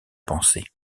penser